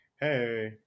hey